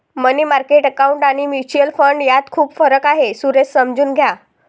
मनी market account आणि mutual fund यात खूप फरक आहे, सुरेश समजून घ्या